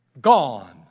gone